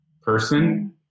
person